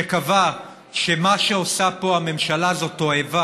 שקבע שמה שעושה פה הממשלה זו תועבה.